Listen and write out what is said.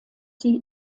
sie